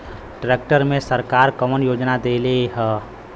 Tractor मे सरकार कवन योजना देले हैं?